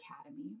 Academy